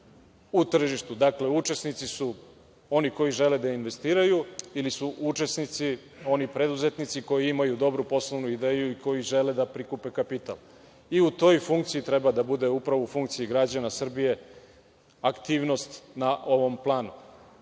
u tržištu, dakle, učesnici su oni koji žele da investiraju ili su učesnici oni preduzetnici koji imaju dobru poslovnu ideju i koji žele da prikupe kapital. U toj funkciji treba da bude, upravo u funkciji građana Srbije, aktivnost na ovom planu. Mi